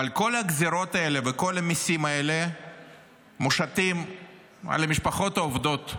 אבל כל הגזרות האלה וכל המיסים האלה מושתים על המשפחות העובדות,